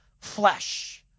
flesh